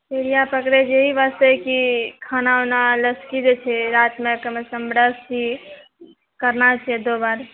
पीड़िया पकड़ै जेहि वास्ते कि खाना उना लसकी जाइ छै रातमे कमसँ कम ब्रश भी करना छै दू बार